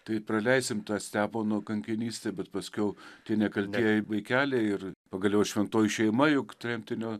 tai praleisim tą stepono kankinystę bet paskiau tie nekaltieji vaikeliai ir pagaliau šventoji šeima juk tremtinio